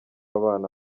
abana